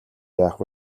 яах